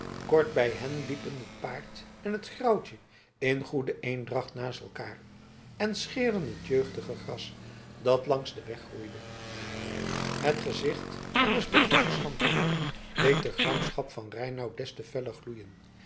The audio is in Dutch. kort bij hen liepen het paard en het grauwtje in goede eendracht naast elkaar en scheerden het jeugdige gras dat langs den weg groeide het gezicht van des bedriegers handlanger deed de gramschap van reinout des te feller gloeien